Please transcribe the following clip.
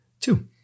two